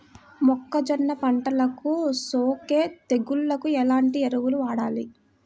మొక్కజొన్న పంటలకు సోకే తెగుళ్లకు ఎలాంటి ఎరువులు వాడాలి?